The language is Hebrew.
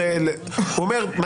זה מיקוד ביקורת.